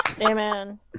amen